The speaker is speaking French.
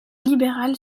libérale